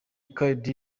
khaled